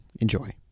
Enjoy